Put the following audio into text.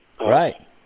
Right